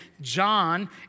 John